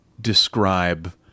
describe